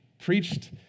preached